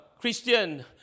Christian